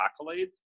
accolades